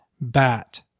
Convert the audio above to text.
bat